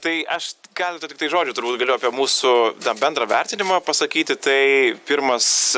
tai aš keletą tiktai žodžių turbūt galiu apie mūsų bendrą vertinimą pasakyti tai pirmas